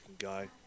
guy